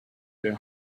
their